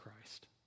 Christ